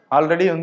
Already